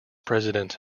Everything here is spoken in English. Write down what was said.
president